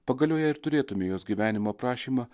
pagaliau jei ir turėtume jos gyvenimo aprašymą